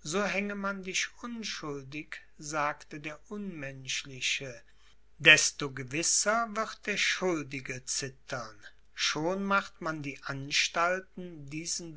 so hänge man dich unschuldig sagte der unmenschliche desto gewisser wird der schuldige zittern schon macht man die anstalten diesen